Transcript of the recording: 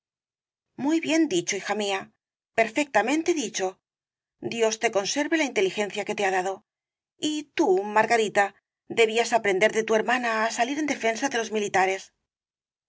muy bien dicho hija mía perfectamente dicho dios te conserve la inteligencia que te ha dado y tú margarita debías aprender de tu hermana á salir en defensa de los militares